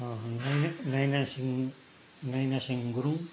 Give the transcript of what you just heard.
Naina Naina Singh Naina Singh Gurung